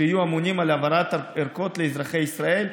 שיהיו אמונים על העברת ערכות לאזרחי ישראל,